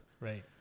Right